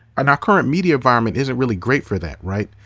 and our current media environment isn't really great for that, right?